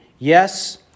Yes